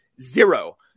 zero